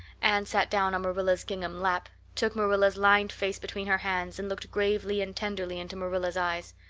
anne sat down on marilla's gingham lap, took marilla's lined face between her hands, and looked gravely and tenderly into marilla's eyes.